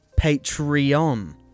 Patreon